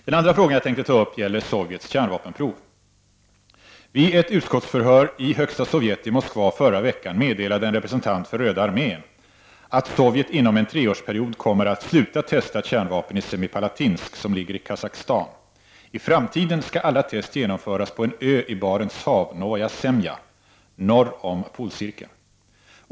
Den andra frågan jag tänkte ta upp gäller Sovjets kärnvapenprov. Vid ett utskottsförhör i Högsta Sovjet i Moskva förra veckan meddelade en representant för Röda armén att Sovjet inom en treårsperiod kommer att sluta testa kärnvapen i Semipalatinsk, som ligger i Kazachstan. I framtiden skall alla test genomföras på en ö i Barents hav, Novaja Zemlja, norr om polcirkeln.